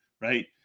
right